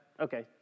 Okay